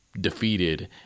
defeated